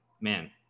man